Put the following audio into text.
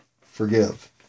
Forgive